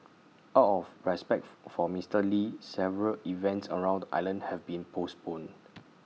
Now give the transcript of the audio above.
out of respect for Mister lee several events around the island have been postponed